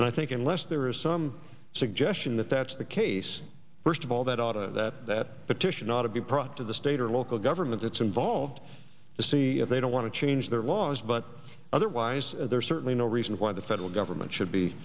and i think unless there is some suggestion that that's the case first of all that oughta that that petition ought to be a product of the state or local government that's involved to see if they don't want to change their laws but otherwise there's certainly no reason why the federal government should be